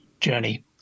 journey